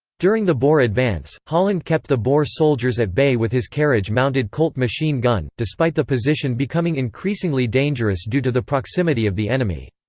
during the boer advance, holland kept the boer soldiers at bay with his carriage-mounted colt machine gun, despite the position becoming increasingly dangerous due to the proximity of the enemy.